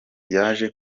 yaje